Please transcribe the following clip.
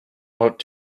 what